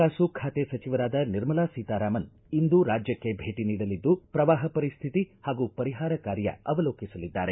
ಕೇಂದ್ರ ಹಣಕಾಸು ಖಾತೆ ಸಚಿವರಾದ ನಿರ್ಮಲಾ ಸೀತಾರಾಮನ್ ಇಮದು ರಾಜ್ಬಕ್ಷೆ ಬೇಟಿ ನೀಡಲಿದ್ದು ಪ್ರವಾಪ ಪರಿಸ್ಹಿತಿ ಹಾಗೂ ಪರಿಹಾರ ಕಾರ್ಯ ಅವಲೋಕಿಸಲಿದ್ದಾರೆ